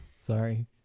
Sorry